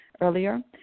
earlier